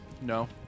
No